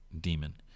demon